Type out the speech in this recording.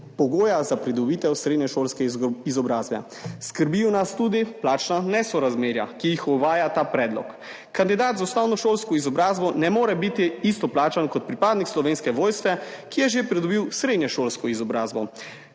pogoja za pridobitev srednješolske izobrazbe. Skrbijo nas tudi plačna nesorazmerja, ki jih uvaja ta predlog. Kandidat z osnovnošolsko izobrazbo ne more biti plačan enako kot pripadnik Slovenske vojske, ki je že pridobil srednješolsko izobrazbo.